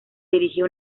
dirigió